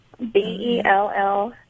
B-E-L-L